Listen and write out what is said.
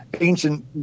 ancient